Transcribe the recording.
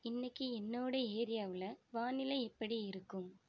இன்னைக்கி என்னோட ஏரியாவில் வானிலை எப்படி இருக்கும்